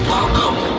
Welcome